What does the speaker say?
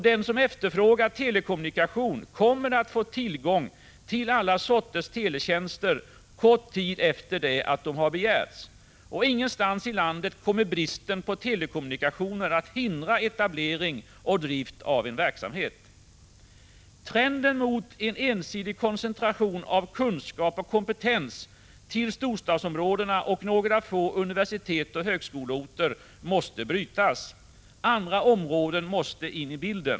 Den som efterfrågar telekommunikation kommer att få tillgång till alla sorters teletjänster kort tid efter det att de har begärts. Ingenstans i landet kommer bristen på telekommunikationer att hindra etablering och drift av en verksamhet. Trenden mot en ensidig koncentration av kunskap och kompetens till storstadsområdena och några få universitetsoch högskoleorter måste brytas. Andra områden måste in i bilden.